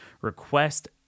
request